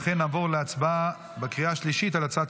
לכן נעבור להצבעה בקריאה השלישית על הצעת